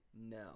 No